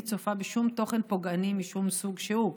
צופה בשום תוכן פוגעני משום סוג שהוא,